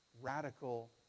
radical